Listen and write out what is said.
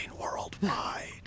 worldwide